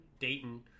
Dayton